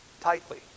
tightly